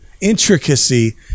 intricacy